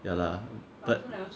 ya lah but